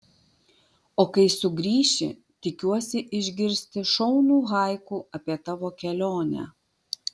o kai sugrįši tikiuosi išgirsti šaunų haiku apie tavo kelionę